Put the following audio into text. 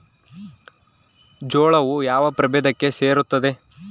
ಜೋಳವು ಯಾವ ಪ್ರಭೇದಕ್ಕೆ ಸೇರುತ್ತದೆ?